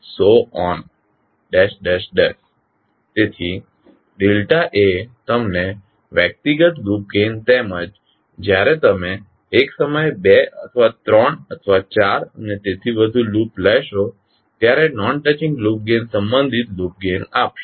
તેથી એ તમને વ્યક્તિગત લૂપ ગેઇન તેમજ જ્યારે તમે એક સમયે બે અથવા ત્રણ અથવા ચાર અને તેથી વધુ વખત લૂપ લેશો ત્યારે નોન ટચિંગ લૂપ ગેઇન સંબંધિત લૂપ ગેઇન આપશે